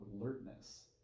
alertness